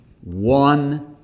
one